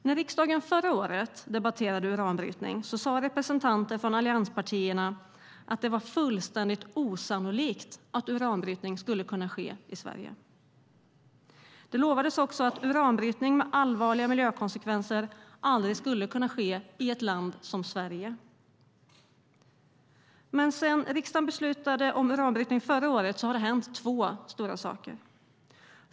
När riksdagen förra året debatterade uranbrytning sade representanter från allianspartierna att det var fullständigt osannolikt att uranbrytning skulle kunna ske i Sverige. Det lovades också att uranbrytning med allvarliga miljökonsekvenser aldrig skulle kunna ske i ett land som Sverige. Men sedan riksdagen beslutade om uranbrytning förra året har det hänt två viktiga saker.